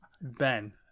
Ben